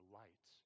light